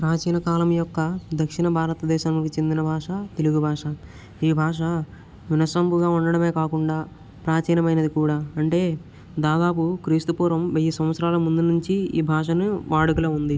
ప్రాచీనకాలం యొక్క దక్షిణ భారతదేశంలోకి చెందిన భాష తెలుగు భాష ఈ భాష వినసొంపుగా ఉండటమే కాక ప్రాచీనమైనది కూడా అంటే దాదాపు క్రీస్తు పూర్వం వెయ్యి సంవత్సరాల ముందు నుంచి ఈ భాషను వాడుకలో ఉంది